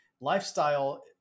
lifestyle